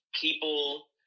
people